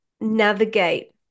navigate